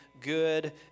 good